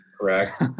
correct